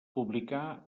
publicà